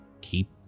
keep